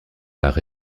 par